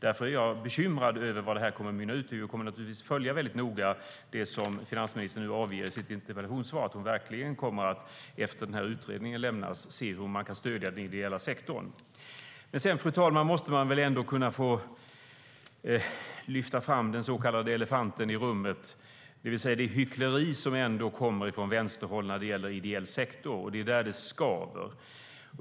Därför är jag bekymrad över vad detta kommer att mynna ut i.Fru talman! Låt mig lyfta fram den så kallade elefanten i rummet, det vill säga hyckleriet från vänsterhåll när det gäller ideell sektor. Det är här det skaver.